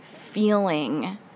feeling